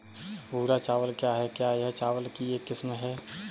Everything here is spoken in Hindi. भूरा चावल क्या है? क्या यह चावल की एक किस्म है?